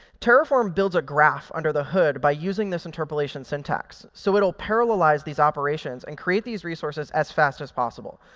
terraform builds a graph under the hood by using this interpolation syntax. so it'll parallelize these operations and create these resources as fast as possible.